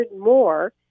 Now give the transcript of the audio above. more